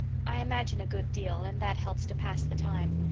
i imagine a good deal, and that helps to pass the time.